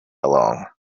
along